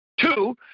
Two